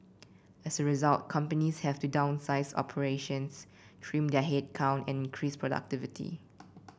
as a result companies have to downsize operations trim their headcount and increase productivity